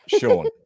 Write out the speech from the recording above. Sean